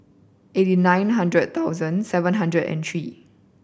eighty nine hundred thousand seven hundred and three